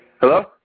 Hello